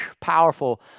powerful